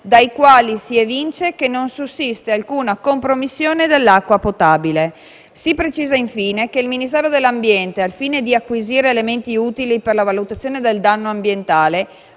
dai quali si evince che non sussiste alcuna compromissione dell'acqua potabile. Si precisa, infine, che il Ministero dell'ambiente, al fine di acquisire elementi utili per la valutazione del danno ambientale,